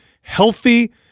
healthy